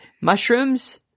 mushrooms